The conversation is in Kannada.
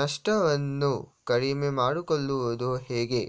ನಷ್ಟವನ್ನು ಕಡಿಮೆ ಮಾಡಿಕೊಳ್ಳುವುದು ಹೇಗೆ?